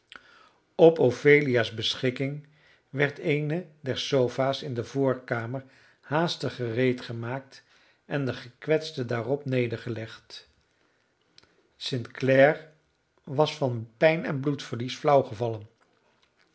op ophelia's beschikking werd eene der sofa's in de voorkamer haastig gereedgemaakt en de gekwetste daarop nedergelegd st clare was van pijn en bloedverlies flauw gevallen